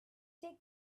check